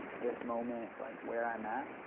this moment like where i'm at,